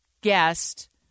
guest